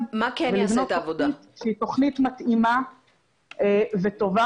ולבנות תוכנית שהיא תוכנית מתאימה וטובה,